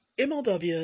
MLW